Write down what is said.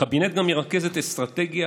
הקבינט ירכז גם את אסטרטגיית